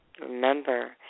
Remember